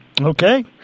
Okay